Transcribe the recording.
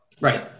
Right